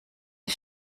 een